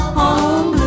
home